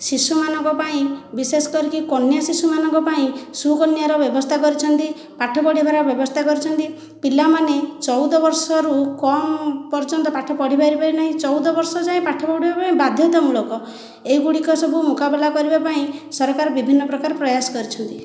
ଶିଶୁ ମାନଙ୍କ ପାଇଁ ବିଶେଷ କରି କନ୍ୟା ଶିଶୁ ମାନଙ୍କ ପାଇଁ ସୁକନ୍ୟା ର ବ୍ୟବସ୍ଥା କରିଛନ୍ତି ପାଠ ପଢ଼ିବାର ବ୍ୟବସ୍ଥା କରିଛନ୍ତି ପିଲାମାନେ ଚଉଦ ବର୍ଷରୁ କମ ପର୍ଯ୍ୟନ୍ତ ପାଠ ପଢ଼ି ପାରିବେ ନାହିଁ ଚଉଦ ବର୍ଷ ଯାଏଁ ପାଠ ପଢ଼ିବା ପାଇଁ ବାଧ୍ୟତା ମୂଳକ ଏହି ଗୁଡ଼ିକ ସବୁ ମୁକାବିଲା କରିବା ପାଇଁ ସରକାର ବିଭିନ୍ନ ପ୍ରକାର ପ୍ରୟାସ କରିଛନ୍ତି